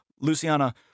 Luciana